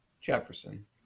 Jefferson